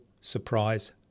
surprise